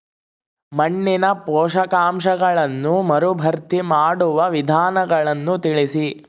ಮಣ್ಣಿನ ಪೋಷಕಾಂಶಗಳನ್ನು ಮರುಭರ್ತಿ ಮಾಡುವ ವಿಧಾನಗಳನ್ನು ತಿಳಿಸಿ?